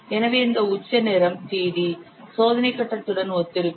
எனவே இந்த உச்ச நேரம் Td சோதனை கட்டத்துடன் ஒத்திருக்கும்